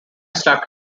slapped